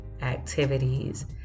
activities